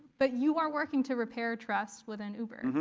but you are working to repair trust with an uber.